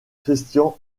christian